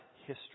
history